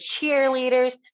cheerleaders